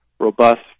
robust